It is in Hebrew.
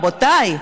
רבותיי,